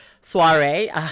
soiree